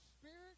spirit